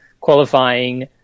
qualifying